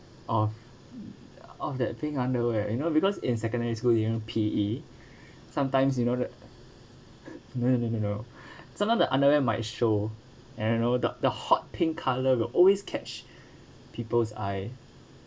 of of that pink underwear you know because in secondary school you know P_E sometimes you know that you don't need to know sometimes the underwear might show and you know the the hot pink colour will always catch people's eye